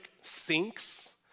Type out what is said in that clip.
sinks